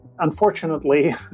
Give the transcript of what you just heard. Unfortunately